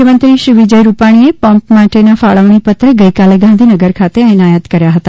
મુખ્યમંત્રી વિજય રૂપાણીએ પંપ માટેના ફાળવણીપત્ર ગઇકાલે ગાંધીનગર ખાતે એનાયત કર્યા હતા